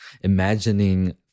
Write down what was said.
imagining